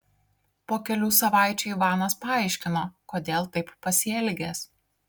po kelių savaičių ivanas paaiškino kodėl taip pasielgęs